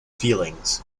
feelings